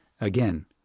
Again